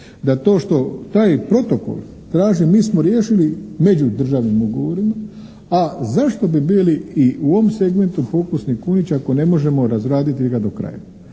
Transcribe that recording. da to što taj protokol traži mi smo riješili međudržavnim ugovorima, a zašto bi bili i u ovom segmentu pokusni kunići ako ne možemo razraditi ga do kraja?